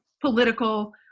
political